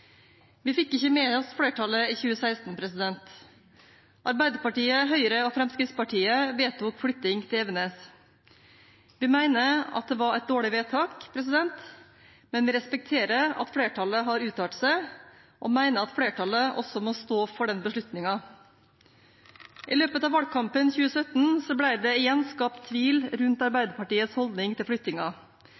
Vi fikk ikke med oss flertallet i 2016. Arbeiderpartiet, Høyre og Fremskrittspartiet vedtok flytting til Evenes. Vi mener at det var et dårlig vedtak, men vi respekterer at flertallet har uttalt seg, og mener at flertallet også må stå for den beslutningen. I løpet av valgkampen 2017 ble det igjen skapt tvil rundt Arbeiderpartiets holdning til